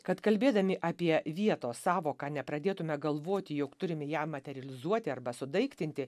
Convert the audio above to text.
kad kalbėdami apie vietos sąvoką nepradėtume galvoti jog turim ją materializuoti arba sudaiktinti